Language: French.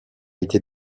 été